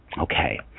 Okay